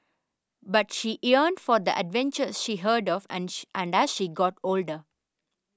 but she yearned for the adventures she heard of and and that she got older